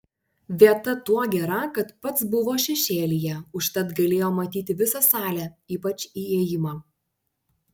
vieta tuo gera kad pats buvo šešėlyje užtat galėjo matyti visą salę ypač įėjimą